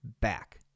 back